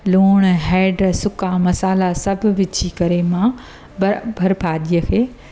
लुणु हैड सुका मसाला सभु विझी करे मां बर भर भाॼीअ खे